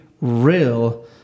real